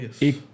yes